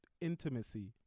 intimacy